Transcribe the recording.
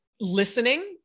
listening